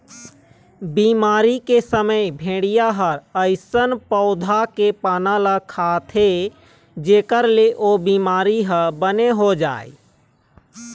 बिमारी के समे भेड़िया ह अइसन पउधा के पाना ल खाथे जेखर ले ओ बिमारी ह बने हो जाए